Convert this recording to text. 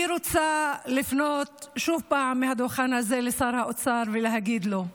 אני רוצה לפנות שוב פעם מהדוכן הזה לשר האוצר ולהגיד לו: